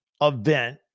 event